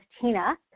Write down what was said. Tina